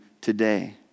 today